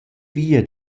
via